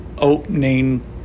opening